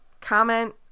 Comment